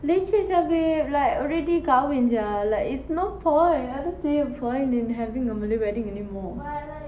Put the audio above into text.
leceh sia babe like already kahwin sia like it's no point I don't see a point in having a malay wedding anymore